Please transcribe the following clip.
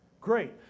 Great